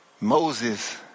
Moses